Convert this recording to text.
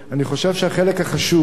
אני חושב שהחלק החשוב,